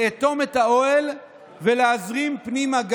לאטום את האוהל ולהזרים פנימה גז".